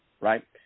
right